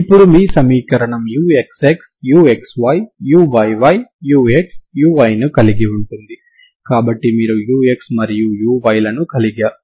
ఇప్పుడు మీ సమీకరణం uxxuxyuyyuxuyని కలిగి ఉంటుంది కాబట్టి మీరు ux మరియు uy లను కనుగొనాలి